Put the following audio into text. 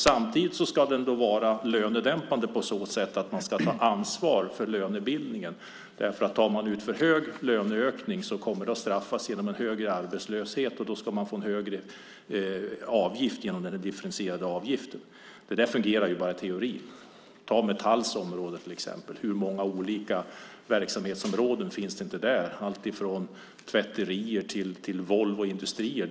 Samtidigt ska det vara lönedämpande på så sätt att ansvar ska tas för lönebildningen därför att om en för stor löneökning tas ut kommer det att straffas med en högre arbetslöshet. Då blir det en högre avgift genom den differentierade avgiften. Det där fungerar bara i teorin. Ta till exempel Metalls område. Hur många olika verksamhetsområden finns det inte där, allt från tvätterier till Volvos industrier?